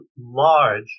large